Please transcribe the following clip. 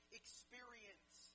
experience